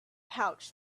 pouch